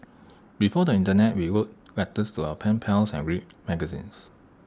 before the Internet we wrote letters to our pen pals and read magazines